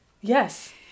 Yes